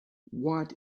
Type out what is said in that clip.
watt